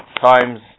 times